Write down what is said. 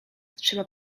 trzeba